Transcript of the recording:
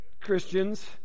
Christians